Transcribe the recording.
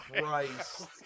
Christ